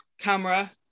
camera